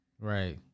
Right